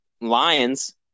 lions